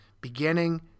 beginning